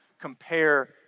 Compare